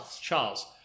Charles